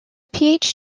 phd